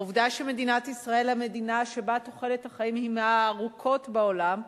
העובדה שמדינת ישראל היא המדינה שבה תוחלת החיים היא מהארוכות בעולם.